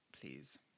please